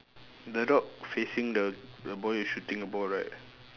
the dog facing the the boy who shooting the ball right